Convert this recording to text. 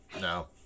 no